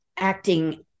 Acting